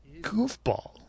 goofball